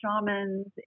shamans